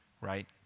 right